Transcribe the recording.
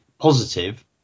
positive